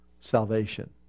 Salvation